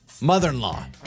Mother-in-law